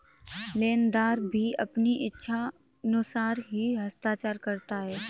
लेनदार भी अपनी इच्छानुसार ही हस्ताक्षर करता है